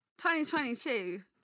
2022